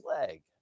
leg